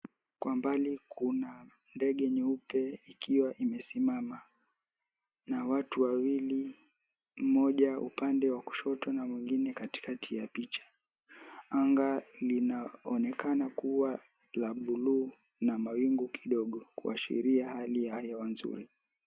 Kwa mbali kuna ndege nyeupe ikiwa imesimama na watu wawili mmoja upande wa kushoto na wengine katikati ya picha anga linaonekana kuwa la bluu na mawingu kidogo kuashiria hali ya hewa nzuri.